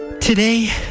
Today